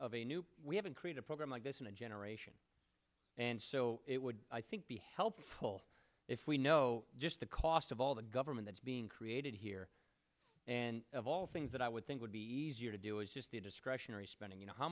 of a new we haven't create a program like this in a generation and so it would i think be helpful if we know just the cost of all the government that's being created here and of all things that i would think would be easier to do is just the discretionary spending you know how